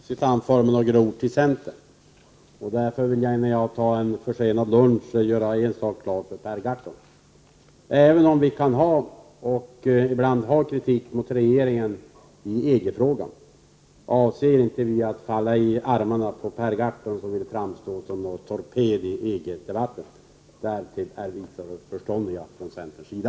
Fru talman! Per Gahrton inledde sitt anförande med några ord till centern. Därför vill jag, innan jag tar en försenad lunch, göra en sak klar för Per Gahrton. Även om vi ibland kan ha kritik att framföra mot regeringen i EG-frågan, avser inte vi att falla i armarna på Per Gahrton, som vill framstå som någon sorts torped i EG-debatten. Därtill är vi för förståndiga från centerns sida.